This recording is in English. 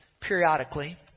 Periodically